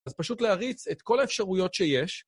אז פשוט להריץ את כל האפשרויות שיש.